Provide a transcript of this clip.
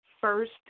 first